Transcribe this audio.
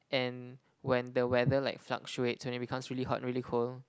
and when the weather like fluctuates when it becomes really hot really cold